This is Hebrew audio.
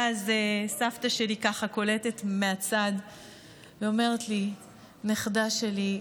אז סבתא שלי ככה קולטת מהצד ואומרת לי: נכדה שלי,